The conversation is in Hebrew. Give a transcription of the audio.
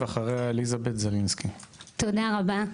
תודה רבה.